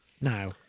now